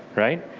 right?